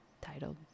titled